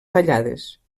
tallades